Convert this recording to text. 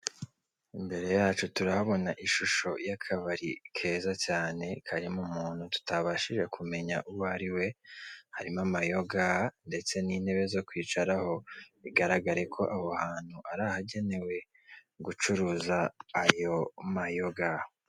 Imbere yacu turahabona ishusho y'akabari keza cyane karimo umuntu tutabashije kumenya uwo ari we. Harimo amayoga ndetse n'intebe zo kwicaraho, bigaragara ko aho hantu ari ahagenewe gucuruza ayo mayoga.